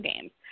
games